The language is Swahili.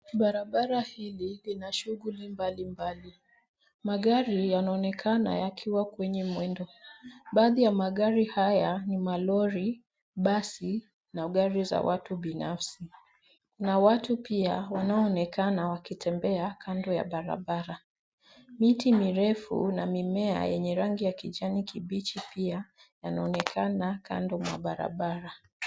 Barabara hili lina shughuli mbalimbali. Magari yanaonekana yakiwa kwenye mwendo. Baadhi ya magari haya ni malori, basi na gari za watu binafsi na watu pia wanaonekana wakitembea kando ya barabara. Miti mirefu na mimea yenye rangi ya kijani kibichi pia yanaonekana kando mwa barabara.